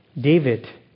David